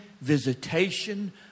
visitation